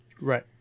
Right